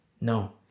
no